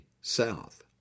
South